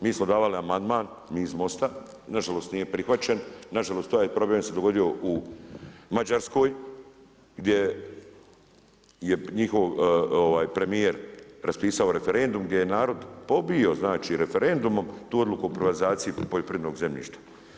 Mi smo davali amandman, mi iz MOST-a, nažalost nije prihvaćen, nažalost taj problem se dogodio u Mađarskoj gdje je njihov premijer raspisao referendum, gdje je narod pobio znači referendumom tu odluku o privatizaciji poljoprivrednog zemljišta.